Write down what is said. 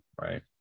right